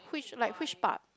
which like which part